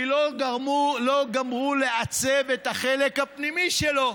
כי לא גמרו לעצב את החלק הפנימי שלו,